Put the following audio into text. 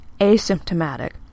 asymptomatic